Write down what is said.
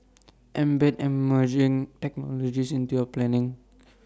embed emerging technologies into your planning